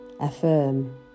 Affirm